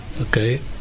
Okay